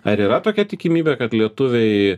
ar yra tokia tikimybė kad lietuviai